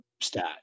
stat